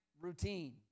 routine